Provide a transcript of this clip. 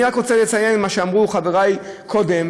אני רק רוצה לציין מה שאמרו חברי קודם.